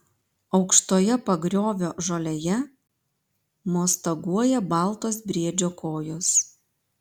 aukštoje pagriovio žolėje mostaguoja baltos briedžio kojos